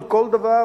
על כל דבר,